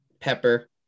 pepper